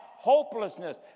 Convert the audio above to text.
Hopelessness